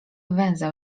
węzeł